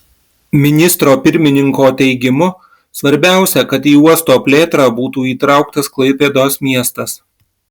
ministro pirmininko teigimu svarbiausia kad į uosto plėtrą būtų įtrauktas klaipėdos miestas